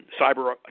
cyber